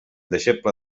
deixeble